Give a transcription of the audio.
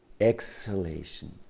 exhalation